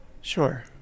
Sure